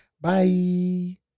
Bye